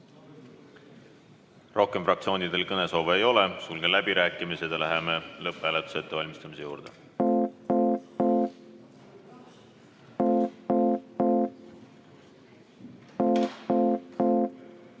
Rohkem fraktsioonidel kõnesoove ei ole. Sulgen läbirääkimised ja läheme lõpphääletuse ettevalmistamise juurde.